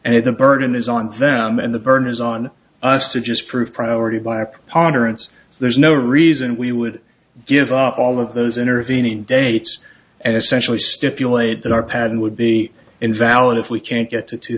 and if the burden is on them and the burden is on us to just prove priority by a preponderance there's no reason we would give up all of those intervening dates and essentially stipulate that our patent would be invalid if we can't get to two